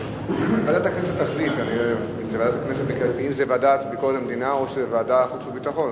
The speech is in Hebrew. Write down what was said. ועדת הכנסת תחליט אם זה הוועדה לביקורת המדינה או חוץ וביטחון.